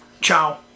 Ciao